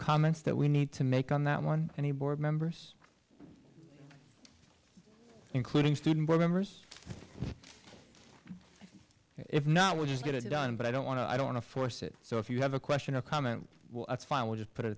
comments that we need to make on that one any board members including student members if not would just get it done but i don't want to i don't want to force it so if you have a question or comment that's fine we'll just put it